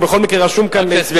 בכל מקרה, הוא רשום כאן להסתייגות.